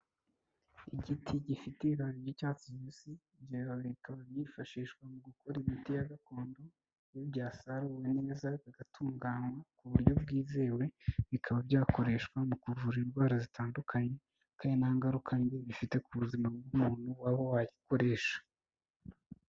Igiti gifite ibibabi by'icyatsi kibisi, ibyo bibabi bikaba byifashishwa mu gukora imiti ya gakondo, iyo byasaruwe neza bigatunganywa ku buryo bwizewe, bikaba byakoreshwa mu kuvura indwara zitandukanye, kandi nta ngaruka mbi bifite ku buzima bw'umuntu aho wayikoresha.